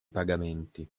pagamenti